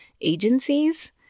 agencies